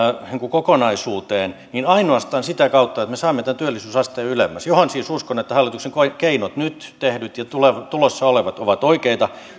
kokonaisuuteen niin ainoastaan sitä kautta että me saamme tämän työllisyysasteen ylemmäs johon siis uskon että hallituksen keinot nyt tehdyt ja tulossa olevat ovat oikeita